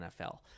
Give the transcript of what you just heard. nfl